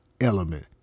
element